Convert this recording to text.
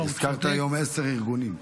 הזכרת היום עשרה ארגונים.